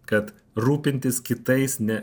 kad rūpintis kitais ne